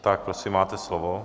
Tak prosím, máte slovo.